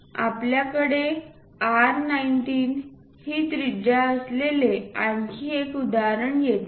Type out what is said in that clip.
आपल्याकडे R19 हे त्रिज्या असलेले आणखी एक उदाहरण येथे आहे